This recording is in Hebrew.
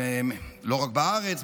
לא רק בארץ,